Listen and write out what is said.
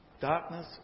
Darkness